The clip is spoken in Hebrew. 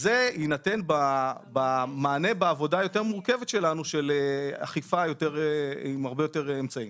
זה יינתן במענה בעבודה היותר מורכבת שלנו של אכיפה עם הרבה יותר אמצעים.